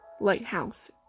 Lighthouse